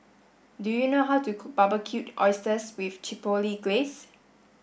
do you know how to cook Barbecued Oysters with Chipotle Glaze